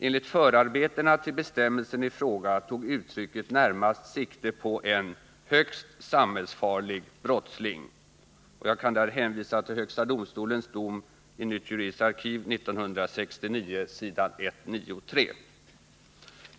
Enligt förarbetena till bestämmelsen i fråga tog uttrycket närmast sikte på en ”högst samhällsfarlig brottsling”. — Jag kan där hänvisa till högsta domstolens dom i Nytt juridiskt arkiv 1969 s. 193.